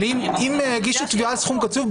אם הגישו תביעה על סכום קצוב,